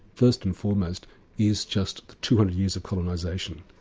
first and foremost is just the two hundred years of colonisation,